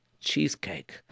Cheesecake